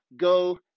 Go